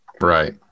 right